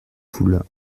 foule